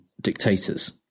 dictators